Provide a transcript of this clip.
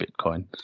Bitcoin